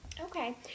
Okay